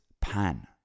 pan